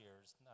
years